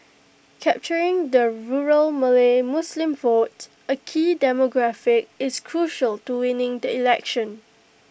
capturing the rural Malay Muslim vote A key demographic is crucial to winning the election